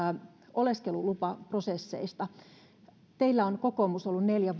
oleskelulupaprosesseista teillä on kokoomus ollut neljä